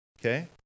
okay